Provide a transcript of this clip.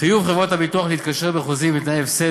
חיוב חברות הביטוח להתקשר בחוזים בתנאי הפסד